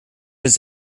his